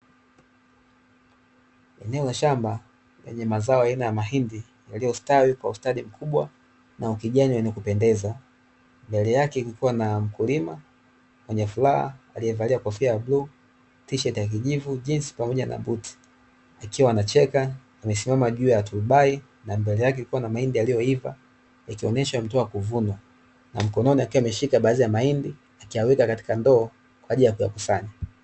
Eneo la shamba lenye mazao aina ya mahindi yaliyostawi kwa ustadi mkubwa na ukijani wa kupendeza mbele yake kulikuwa na mkulima menye furaha aliyevalia kofia ya bluu tisheti ya kijivu, njinzi pamoja na buti akiwa anacheka amesimama juu ya turubai na mbele yake kukiwa na mahindi yaliyoiva yakionyesha yametoka kuvunwa na mkononi akiwa ameshika baadhi ya mahindi akiyaweka katika ndoo kwa ajili ya kuyakusanya.